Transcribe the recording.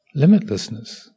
limitlessness